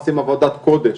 עושים עבודת קודש,